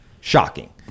shocking